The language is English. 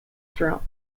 throughout